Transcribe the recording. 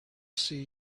see